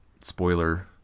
spoiler